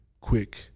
quick